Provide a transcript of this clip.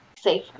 safe